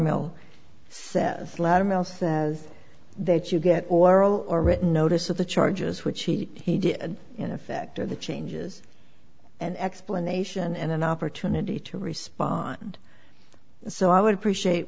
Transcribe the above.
mill says they get you get oral or written notice of the charges which he did in effect of the changes an explanation and an opportunity to respond so i would appreciate